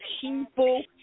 people